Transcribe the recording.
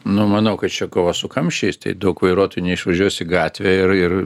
nu manau kad čia kova su kamščiais tai daug vairuotojų neišvažiuos į gatvę ir ir